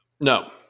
No